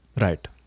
Right